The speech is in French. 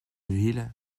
ville